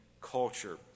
culture